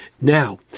Now